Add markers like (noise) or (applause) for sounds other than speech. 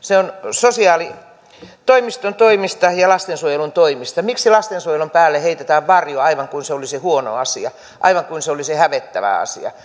sosiaalitoimiston toimista ja lastensuojelun toimista miksi lastensuojelun päälle heitetään varjoa aivan kuin se olisi huono asia aivan kuin se olisi hävettävä asia (unintelligible)